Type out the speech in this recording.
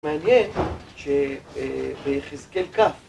מעניין שביחזקאל כ'